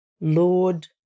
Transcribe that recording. Lord